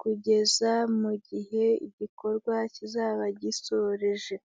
kugeza mu gihe igikorwa kizaba gisoreje.